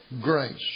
grace